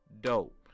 dope